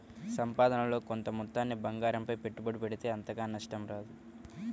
సంపాదనలో కొంత మొత్తాన్ని బంగారంపై పెట్టుబడి పెడితే అంతగా నష్టం రాదు